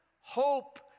hope